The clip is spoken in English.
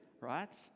right